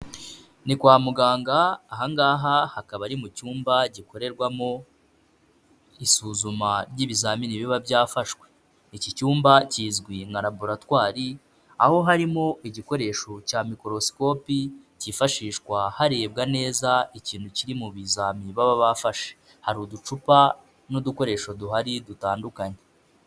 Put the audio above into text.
Ni kwa muganga aha ngaha hakaba ari mu cyumba gikorerwamo isuzuma ry'ibizamini biba byafashwe, iki cyumba kizwi nka laboratwari aho harimo igikoresho cya microscopy kifashishwa harebwa neza ikintu kiri mu bizami baba bafashe, hari uducupa n'udukoresho duhari dutandukanye.